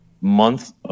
month